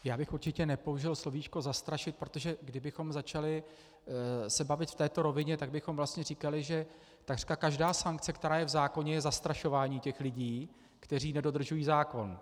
Já bych určitě nepoužil slovíčko zastrašit, protože kdybychom se začali bavit v této rovině, tak bychom vlastně říkali, že takřka každá sankce, která je v zákoně, je zastrašování lidí, kteří nedodržují zákon.